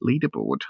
leaderboard